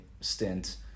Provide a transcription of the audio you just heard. stint